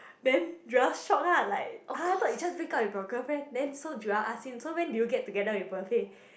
then Joel shocked lah like !huh! I thought you just break up with your girlfriend then so Joel ask him so when did you get together with Wen Fei